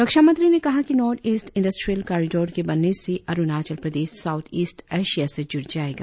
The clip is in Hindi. रक्षामंत्री ने कहा कि नॉर्थ ईस्ट इंडस्ट्रियल कॉरिडोर के बनने से Arunachal Pradesh south east Asia से जुड़ जाएगा